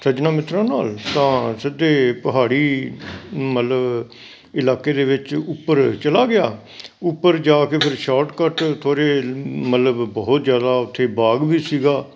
ਸੱਜਣਾਂ ਮਿੱਤਰਾਂ ਨਾਲ ਤਾਂ ਸਿੱਧੇ ਪਹਾੜੀ ਮਤਲਬ ਇਲਾਕੇ ਦੇ ਵਿੱਚ ਉੱਪਰ ਚਲਾ ਗਿਆ ਉੱਪਰ ਜਾ ਕੇ ਫਿਰ ਸ਼ੋਰਟਕੱਟ ਥੋੜ੍ਹੇ ਮਤਲਬ ਬਹੁਤ ਜ਼ਿਆਦਾ ਉੱਥੇ ਬਾਗ਼ ਵੀ ਸੀਗਾ